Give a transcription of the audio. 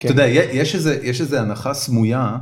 אתה יודע, יש איזה הנחה סמויה.